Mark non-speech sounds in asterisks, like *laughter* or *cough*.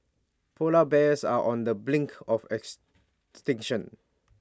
Polar Bears are on the brink of ex *unintelligible*